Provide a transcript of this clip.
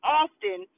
often